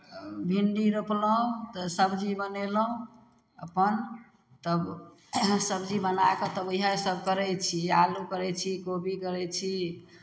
भिंडी रोपलहुँ तऽ सबजी बनेलहुँ अपन तब सबजी बना कऽ तब इएहसभ करै छी आलू करै छी कोबी करै छी